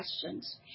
questions